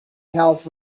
health